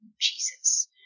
Jesus